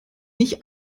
nicht